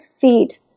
feet